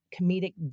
comedic